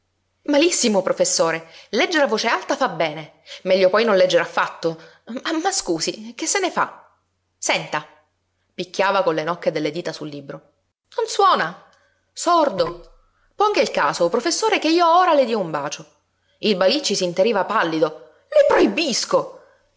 malissimo professore leggere a voce alta fa bene meglio poi non leggere affatto ma scusi che se ne fa senta picchiava con le nocche delle dita sul libro non suona sordo ponga il caso professore che io ora le dia un bacio il balicci s'interiva pallido le proibisco